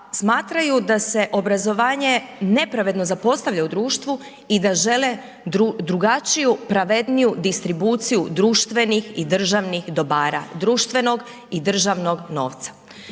smatraju da se obrazovanje nepravedno zapostavlja u društvu i da žele drugačiju, pravedniju distribuciju društvenih i državnih dobara društvenog i državnog novca.